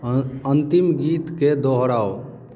अंतिम गीत के दोहराउ